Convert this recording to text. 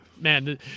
man